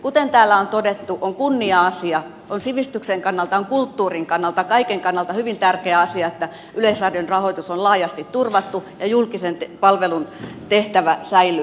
kuten täällä on todettu on kunnia asia ja on sivistyksen kannalta on kulttuurin kannalta on kaiken kannalta hyvin tärkeä asia että yleisradion rahoitus on laajasti turvattu ja julkisen palvelun tehtävä säilyy